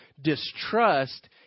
distrust